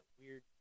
weird